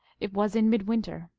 it was in midwinter.